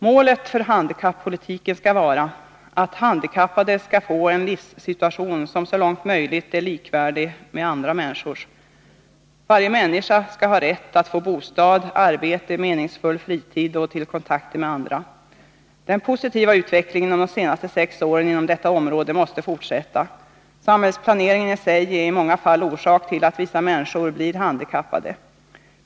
Målet för handikappolitiken skall vara att handikappade skall få en livssituation som så långt möjligt är likvärdig med andra människors. Varje människa skall ha rätt att få bostad, arbete, meningsfull fritid och kontakter med andra. Den positiva utvecklingen de senaste sex åren inom detta område måste fortsätta. Samhällsplaneringen i sig är i många fall orsak till att vissa människor blir handikappade.